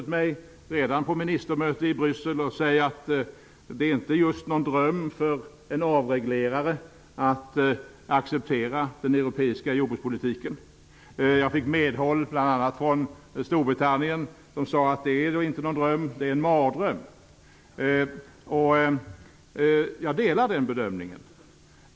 Jag har redan på ministermöte i Bryssel tillåtit mig att säga att det inte just är någon dröm för en avreglerare att acceptera den europeiska jordbrukspolitiken. Jag fick medhåll bl.a. från Storbritannien: Det är då inte någon dröm, det är en mardröm. Jag delar den bedömningen.